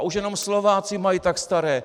A už jenom Slováci mají tak staré!